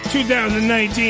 2019